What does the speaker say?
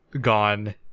gone